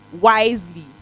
wisely